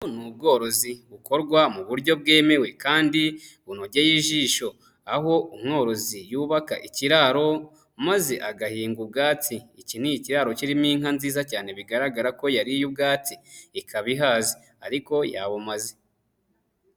Ni ubworozi bukorwa mu buryo bwemewe kandi bunogeye ijisho, aho umworozi yubaka ikiraro maze agahinga ubwatsi. Iki ni ikiraro kirimo inka nziza cyane bigaragara ko yariye ubwatsi ikaba ihaze ariko yabumaze.